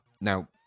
now